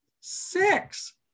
Six